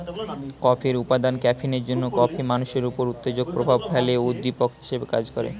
কফির উপাদান ক্যাফিনের জন্যে কফি মানুষের উপর উত্তেজক প্রভাব ফেলে ও উদ্দীপক হিসেবে কাজ করে